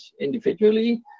individually